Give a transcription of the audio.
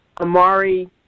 Amari